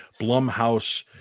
blumhouse